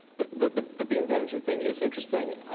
but the the beamed energy thing is interesting.